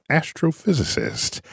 astrophysicist